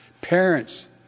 Parents